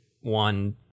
one